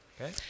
Okay